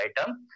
item